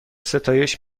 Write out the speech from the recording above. ستایش